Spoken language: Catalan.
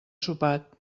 sopat